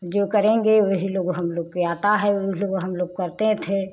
जो करेंगे वही लोग हम लोग के आता है वही लाेग हम लोग करते थे